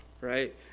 right